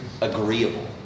agreeable